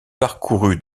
parcouru